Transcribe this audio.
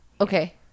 Okay